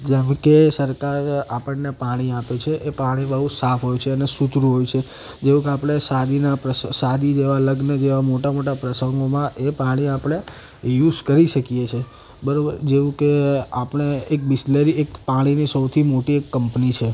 જેમકે સરકાર આપણને પાણી આપે છે એ પાણી બહુ સાફ હોય છે અને સુથરૂં હોય છે જેવું કે આપણે શાદીના પ્ર શાદી જેવા લગ્ન જેવા મોટા મોટા પ્રસંગોમાં એ પાણી આપણે યુઝ કરી શકીએ છીએ બરાબર જેવું કે આપણે એક બીસ્લેરી એક પાણીની સૌથી મોટી એક કંપની છે